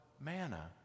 manna